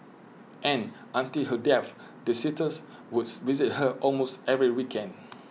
and until her death the sisters Woods visit her almost every weekend